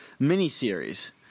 miniseries